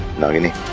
nagini.